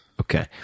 Okay